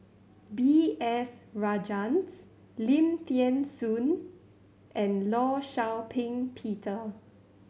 B S Rajhans Lim Thean Soo and Law Shau Ping Peter